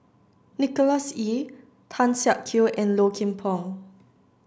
Nicholas Ee Tan Siak Kew and Low Kim Pong